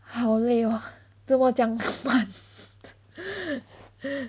好累 lor 做么这样慢